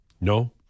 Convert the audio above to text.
No